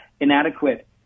inadequate